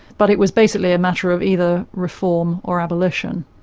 but it was basically a matter of either reform or abolition,